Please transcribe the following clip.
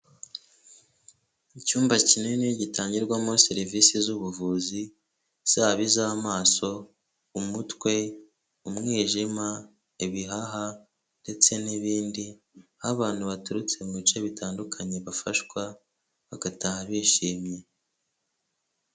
Icyumba kinini gitangirwamo serivisi z'ubuvuzi zaba iz'amaso, umutwe, umwijima, ibihaha ndetse n'ibindi, aho abantu baturutse mu bice bitandukanye bafashwa bagataha bishimye.